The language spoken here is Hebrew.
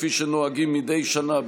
כפי שנוהגים מדי שנה,